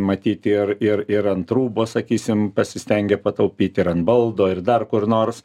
matyt ir ir ir ant rūbo sakysim pasistengė pataupyt ir ant baldo ir dar kur nors